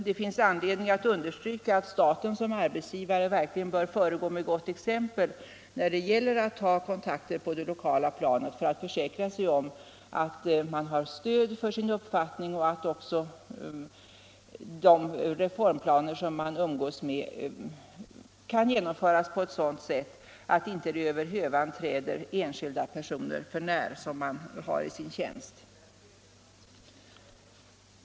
Det finns anledning understryka att staten som arbetsgivare verkligen bör föregå med gott exempel när det gäller att ta kontakter på det lokala planet för att försäkra sig om stöd för sin uppfattning och om att de reformplaner som man umgås med kan genomföras på ett sådant sätt att de inte över hövan träder för när enskilda personer som man har i sin tjänst.